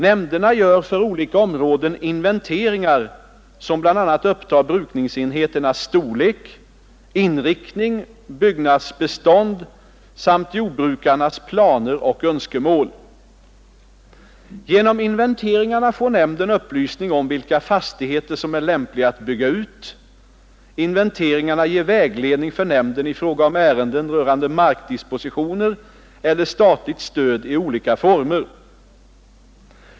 Nämnderna gör för olika områden inventeringar, som bl.a. upptar brukningsenheternas storlek, inriktning och byggnadsbestånd samt jordbrukarnas planer och önskemål. Genom inventeringarna får nämnden upplysning om vilka fastigheter som är lämpliga att bygga ut. Inventeringarna ger vägledning för nämnden i fråga om ärenden rörande markdispositioner eller statligt stöd i olika former.